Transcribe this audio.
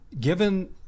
given